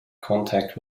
contact